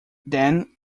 then